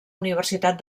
universitat